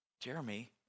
Jeremy